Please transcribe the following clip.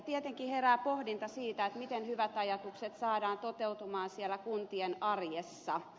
tietenkin herää pohdinta siitä miten hyvät ajatukset saadaan toteutumaan siellä kuntien arjessa